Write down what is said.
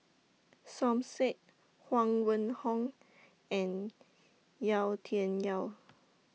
Som Said Huang Wenhong and Yau Tian Yau